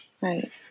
right